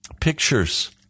pictures